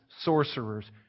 sorcerers